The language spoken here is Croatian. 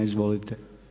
Izvolite.